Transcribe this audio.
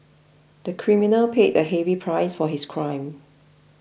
the criminal paid a heavy price for his crime